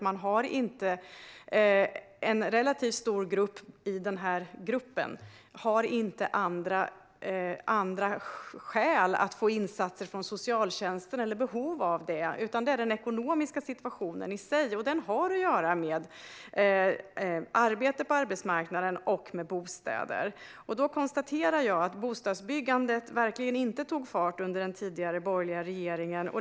En relativt stor grupp i gruppen har inte andra skäl att få insatser från socialtjänsten eller behov av det. Det beror på den ekonomiska situationen i sig. Den har att göra med situationen på arbetsmarknaden och bostäder. Jag konstaterar att bostadsbyggandet verkligen inte tog fart under den tidigare borgerliga regeringen.